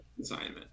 assignment